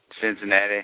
Cincinnati